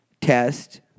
test